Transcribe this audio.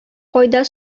кайда